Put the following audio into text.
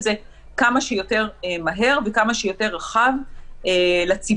זה כמה שיותר מהר וכמה שיותר רחב לציבור.